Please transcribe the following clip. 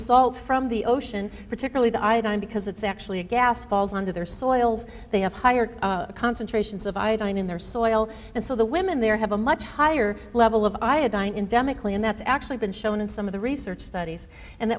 salt from the ocean particularly the iodine because it's actually a gas falls under their soils they have higher concentrations of iodine in their soil and so the women there have a much higher level of iodine endemically and that's actually been shown in some of the research studies and